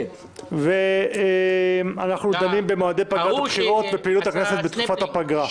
אנחנו דנים במועדי פגרת הבחירות ובפעילות הכנסת בתקופת הפגרה.